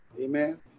Amen